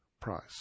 price